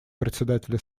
председателя